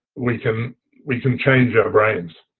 we can we can change our brains.